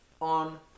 on